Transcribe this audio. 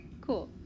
Cool